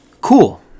Cool